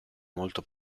molto